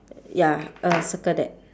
ya uh circle that